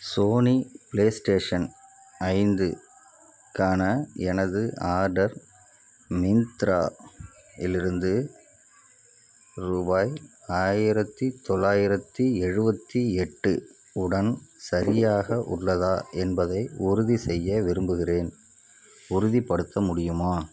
Sony play station ஐந்து க்கான எனது ஆர்டர் மிந்த்ரா இலிருந்து ரூபாய் ஆயிரத்தி தொள்ளாயிரத்தி எழுபத்தி எட்டு உடன் சரியாக உள்ளதா என்பதை உறுதிசெய்ய விரும்புகின்றேன் உறுதிப்படுத்த முடியுமா